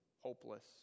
hopeless